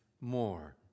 more